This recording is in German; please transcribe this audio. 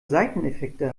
seiteneffekte